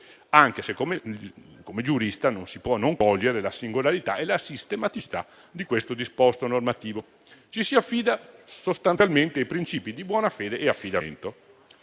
anche se come giurista non posso non cogliere la singolarità e l'asistematicità di questo disposto normativo. Ci si affida sostanzialmente ai princìpi di buona fede e affidamento.